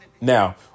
now